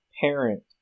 parent